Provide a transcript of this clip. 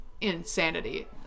insanity